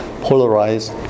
polarized